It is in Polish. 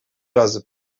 razy